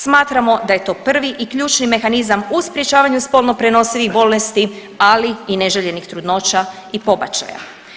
Smatramo da je to prvi i ključni mehanizam u sprječavanju spolno prenosivih bolesti, ali i neželjenih trudnoća i pobačaja.